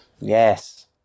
Yes